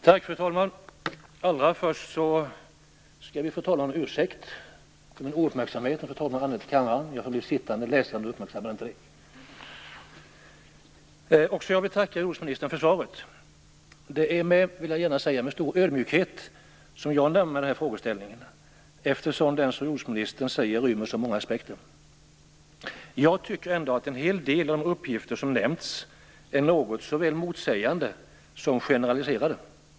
Fru talman! Allra först vill jag be om ursäkt för min ouppmärksamhet när fru talman anlände till kammaren. Jag förblev sittande, läste, och uppmärksammade inte det. Också jag vill tacka jordbruksministern för svaret. Det är - det vill jag genast säga - med stor ödmjukhet som jag närmar mig den här frågeställningen, eftersom den som jordbruksministern säger rymmer så många aspekter. Jag tycker ändå att en hel del av de uppgifter som nämnts är något såväl motsägelsefulla som generaliserade.